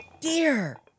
Dear